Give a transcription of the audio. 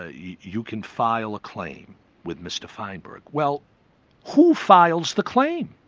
ah you you can file a claim with mr feinberg. well who files the claim?